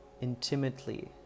intimately